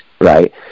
right